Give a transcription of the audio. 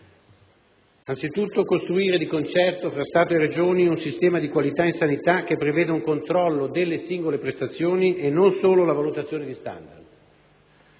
di costruire di concerto tra Stato e Regioni un sistema di qualità in sanità che preveda un controllo delle singole prestazioni e non solo la valutazione di standard.